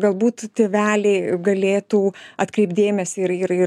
galbūt tėveliai galėtų atkreipt dėmesį ir ir ir